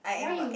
why you